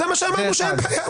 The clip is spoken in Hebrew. זה מה שאמרנו שאין בעיה.